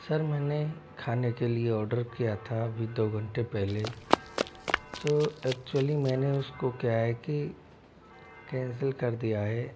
sir मैंने खाने के लिए आर्डर किया था अभी दो घंटे पहले तो एक्चुअली मैंने उसको क्या है कि कैंसिल कर दिया है